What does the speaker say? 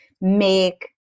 make